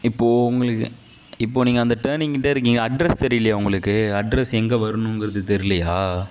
இப்போது உங்களுக்கு இப்போது நீங்கள் அங்கே டேர்னிங்கிட்டே இருக்கீங்க அட்ரஸ் தெரியலியா உங்களுக்கு அட்ரஸ் எங்கே வருணுங்கிறது தெரியலியா